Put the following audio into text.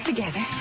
Together